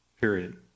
Period